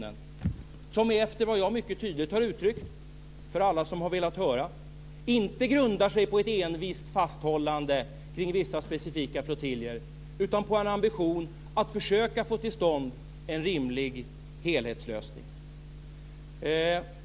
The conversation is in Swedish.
Den grundar sig, efter vad jag mycket tydligt har uttryckt för alla som har velat höra, inte på ett envist fasthållande kring vissa specifika flottiljer utan på en ambition att försöka få till stånd en rimlig helhetslösning.